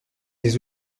les